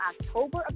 October